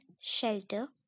shelter